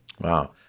Wow